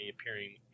appearing